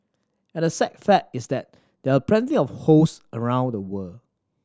and the sad fact is that there are plenty of host around the world